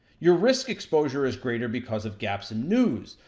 your risk exposure is greater because of gaps in news.